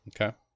Okay